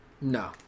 No